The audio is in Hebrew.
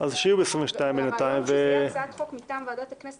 הוא שזאת תהיה הצעת חוק מטעם ועדת הכנסת